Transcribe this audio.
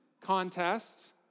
contest